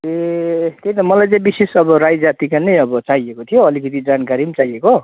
ए त्यही त मलाई चाहिँ विशेष अब राई जातिका नै अब चाहिएको थियो अलिकति जानकारी पनि चाहिएको